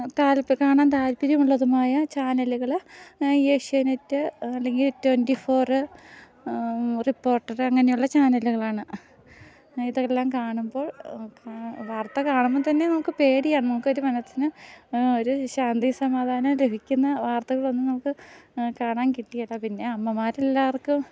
താല്പ കാണാൻ താല്പര്യമുള്ളതുമായ ചാനലുകൾ ഏഷ്യാനെറ്റ് അല്ലെങ്കിൽ ട്വൻ്റിഫോറ് റിപ്പോട്ടറ് അങ്ങനെയുള്ള ചാനലുകളാണ് ഇതെല്ലാം കാണുമ്പോൾ കാ വാർത്ത കാണുമ്പോൾത്തന്നെ നമുക്ക് പേടിയാണ് നമുക്കൊരു മനസ്സിന് ഒരു ശാന്തി സമാധാനം ലഭിക്കുന്ന വാർത്തകളൊന്നും നമുക്ക് കാണാൻ കിട്ടുകയില്ല പിന്നെ അമ്മമാരെല്ലാവർക്കും